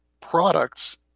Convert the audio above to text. products